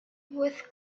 with